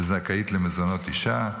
שזכאית למזונות אישה,